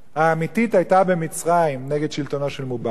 האמיתית במצרים היתה נגד שלטונו של מובארק.